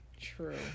True